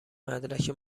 مدرک